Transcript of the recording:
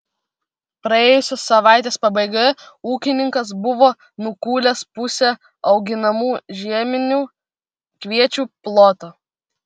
praėjusios savaitės pabaigoje ūkininkas buvo nukūlęs pusę auginamų žieminių kviečių ploto